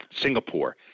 Singapore